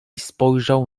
spojrzał